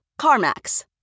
CarMax